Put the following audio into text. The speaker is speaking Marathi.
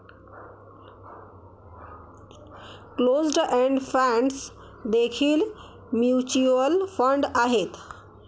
क्लोज्ड एंड फंड्स देखील म्युच्युअल फंड आहेत